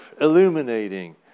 illuminating